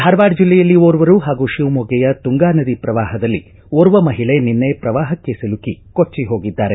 ಧಾರವಾಡ ಜಿಲ್ಲೆಯಲ್ಲಿ ಓರ್ವರು ಹಾಗೂ ಶಿವಮೊಗ್ಗೆಯ ತುಂಗಾ ನದಿ ಪ್ರವಾಹದಲ್ಲಿ ಓರ್ವ ಮಹಿಳಿ ನಿನ್ನೆ ಪ್ರವಾಹಕ್ಕೆ ಸಿಲುಕಿ ಕೊಚ್ಚ ಹೋಗಿದ್ದಾರೆ